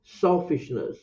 selfishness